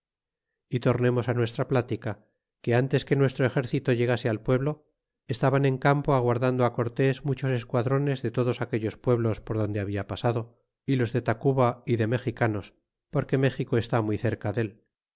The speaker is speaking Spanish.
y tornemos nuestra plática que ntes que nuestro exército llegase al pueblo estaban en campo aguardando cortés muchos esquadrones de todos aquellos pueblos por donde habla pasado y los de tacuba y de mexicanos porque méxico está muy cerca del